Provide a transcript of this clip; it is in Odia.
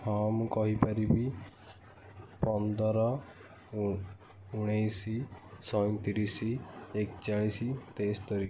ହଁ ମୁଁ କହିପାରିବି ପନ୍ଦର ଉଣେଇଶି ସଇଁତିରିଶି ଏକଚାଳିଶ ତେସ୍ତରୀ